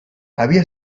havia